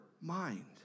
mind